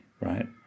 right